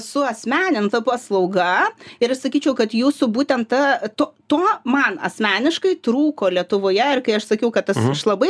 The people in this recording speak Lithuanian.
suasmeninta paslauga ir aš sakyčiau kad jūsų būtent ta to to man asmeniškai trūko lietuvoje ir kai aš sakiau kad tas aš labai